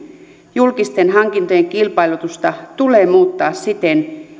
julkisten hankintojen kilpailutusta tulee muuttaa siten